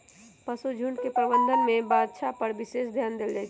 पशुझुण्ड के प्रबंधन में बछा पर विशेष ध्यान देल जाइ छइ